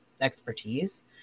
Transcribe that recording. expertise